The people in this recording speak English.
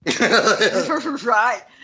Right